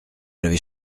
l’avez